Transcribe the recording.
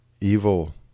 Evil